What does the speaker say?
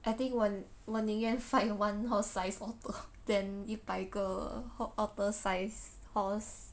I think 我我宁愿 fight one horse-sized otter than 一百个 otter-sized horse